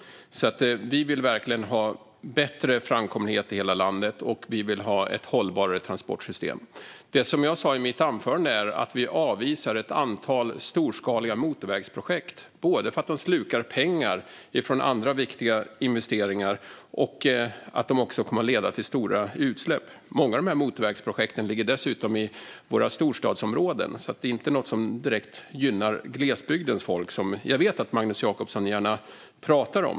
Vi vill alltså verkligen ha bättre framkomlighet i hela landet, och vi vill ha ett hållbarare transportsystem. Det jag sa i mitt anförande var att vi avvisar ett antal storskaliga motorvägsprojekt både för att de slukar pengar från andra viktiga investeringar och för att de kommer att leda till stora utsläpp. Många av de här motorvägsprojekten ligger dessutom i våra storstadsområden, så de är inte något som direkt gynnar glesbygdens folk, som jag vet att Magnus Jacobsson gärna pratar om.